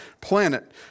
planet